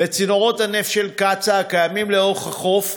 לצינורות הנפט של קצא"א הקיימים לאורך החוף,